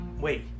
Wait